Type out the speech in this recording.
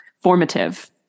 formative